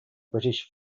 british